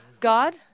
God